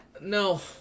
no